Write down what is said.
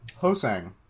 Hosang